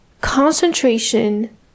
concentration